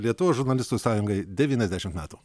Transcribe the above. lietuvos žurnalistų sąjungai devyniasdešimt metų